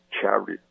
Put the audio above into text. charity